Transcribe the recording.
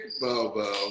Bobo